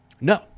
No